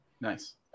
Nice